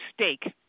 stake